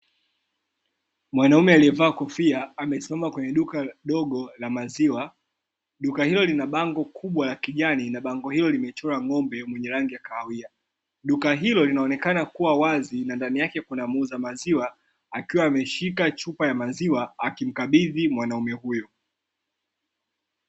Mwanaume aliyevaa kofia amesimama kwenye duka ndogo la maziwa, duka hilo lina bango kubwa la kijani na bango hilo limechorwa ng'ombe mwenye rangi ya kahawia, duka hilo linaonekana kuwa wazi na ndani yake kuna muuza maziwa akiwa ameshika chupa ya maziwa akimkabidhi mwanaume huyo.